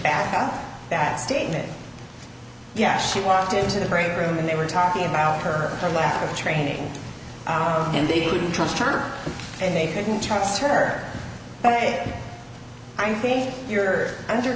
bad that statement yeah she walked into the break room and they were talking about her for lack of training hour and you couldn't trust her and they couldn't trust her ok i think you're under